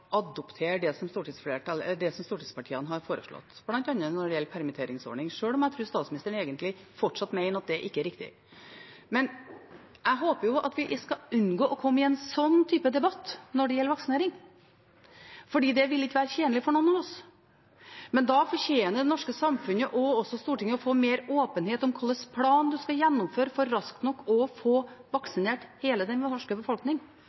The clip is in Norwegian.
adoptere det som stortingspartiene har foreslått, bl.a. når det gjelder permitteringsordningen, selv om jeg tror statsministeren egentlig fortsatt mener at det ikke er riktig. Men jeg håper jo at vi skal unngå å komme i en sånn type debatt når det gjelder vaksinering, for det vil ikke være tjenlig for noen av oss. Men da fortjener det norske samfunnet og også Stortinget å få mer åpenhet om hvilken plan en skal gjennomføre for raskt nok å få vaksinert hele den